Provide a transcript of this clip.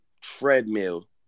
treadmill